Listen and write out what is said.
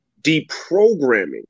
deprogramming